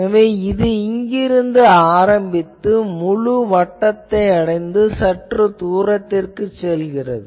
எனவே இது இங்கிருந்து ஆரம்பித்து ஒரு முழு வட்டத்தை அடைந்து சற்று தூரத்திற்குச் செல்கிறது